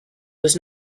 was